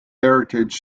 heritage